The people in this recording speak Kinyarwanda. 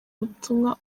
ubutumwa